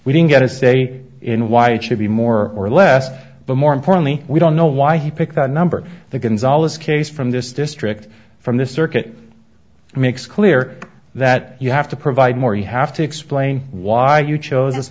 we didn't get a say in why it should be more or less but more importantly we don't know why he picked that number that gonzales case from this district from this circuit makes clear that you have to provide more you have to explain why you chose